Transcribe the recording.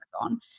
Amazon